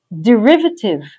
derivative